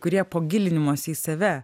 kurie po gilinimosi į save